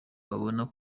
wabona